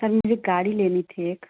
sir मुझे गाड़ी लेनी थी एक